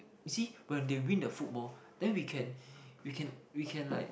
you see when they win the football then we can we can we can like